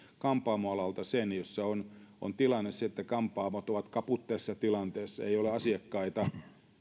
kampaamoalalla on on tilanne se että kampaamot ovat kaput tässä tilanteessa ei ole asiakkaita